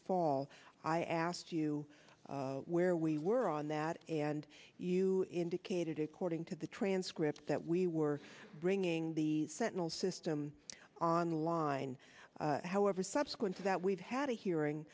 fall i asked you where we were on that and you indicated according to the transcript that we were bringing the sentinel system online however subsequent to that we've had a hearing